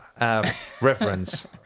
reference